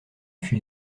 fut